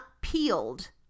peeled